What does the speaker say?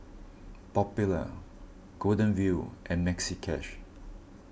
Popular Golden Wheel and Maxi Cash